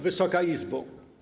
Wysoka Izbo!